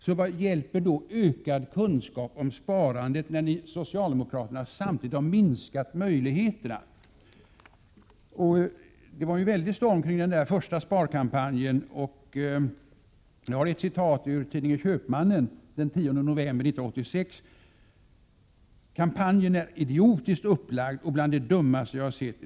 Vad hjälper då ökad kunskap om sparandet, när socialdemokraterna samtidigt har minskat möjligheterna att spara? Det var en väldig storm kring den första sparkampanjen. Jag har ett citat ur tidningen Köpmannen för den 10 november 1986: ”- Kampanjen är idiotiskt upplagd och bland det dummaste jag har sett.